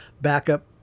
backup